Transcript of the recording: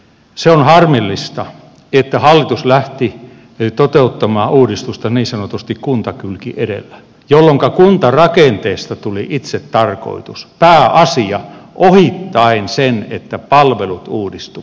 se on harmillista että hallitus lähti toteuttamaan uudistusta niin sanotusti kuntakylki edellä jolloinka kuntarakenteesta tuli itsetarkoitus pääasia ohittaen sen että palvelut uudistuvat